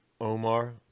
Omar